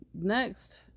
next